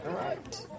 Right